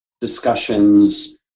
discussions